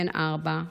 בן ארבע,